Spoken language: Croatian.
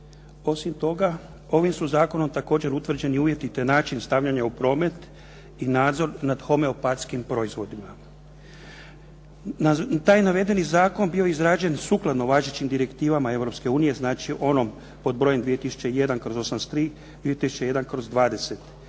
Osim toga, ovim su zakonom također utvrđeni uvjeti te način stavljanja u promet i nadzor nad homeopatskim proizvodima. Taj navedeni zakon bio je izrađen sukladno važećim direktivama Europske unije, znači onom pod brojem 2001/83., 2001/20.